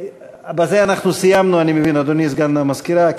בזה אנחנו סיימנו, אני מבין, אדוני סגן המזכירה.